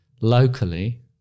locally